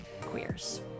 Queers